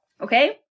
Okay